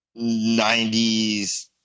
90s